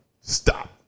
Stop